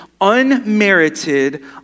unmerited